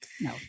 No